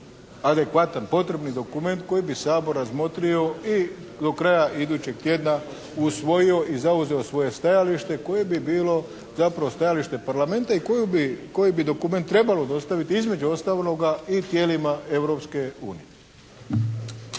adekvatan, potrebni dokument koji bi Sabor razmotrio i do kraja idućeg tjedna usvojio i zauzeo svoje stajalište koje bi bilo zapravo stajalište Parlamenta i koji bi dokument trebalo dostaviti između ostaloga i tijelima